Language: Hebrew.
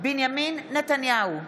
בנימין נתניהו,